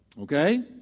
Okay